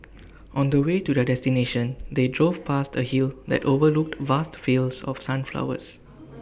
on the way to their destination they drove past A hill that overlooked vast fields of sunflowers